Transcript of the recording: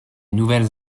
nouvelles